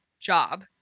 job